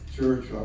church